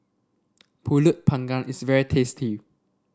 pulut Panggang is very tasty